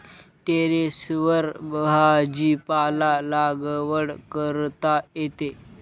टेरेसवर भाजीपाला लागवड करता येते